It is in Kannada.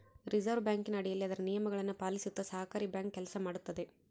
ರಿಸೆರ್ವೆ ಬ್ಯಾಂಕಿನ ಅಡಿಯಲ್ಲಿ ಅದರ ನಿಯಮಗಳನ್ನು ಪಾಲಿಸುತ್ತ ಸಹಕಾರಿ ಬ್ಯಾಂಕ್ ಕೆಲಸ ಮಾಡುತ್ತದೆ